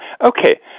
Okay